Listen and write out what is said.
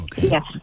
Yes